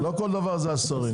דבר זה השרים.